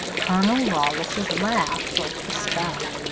colonel lawless's laugh broke the spell.